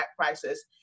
crisis